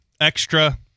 extra